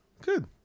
Good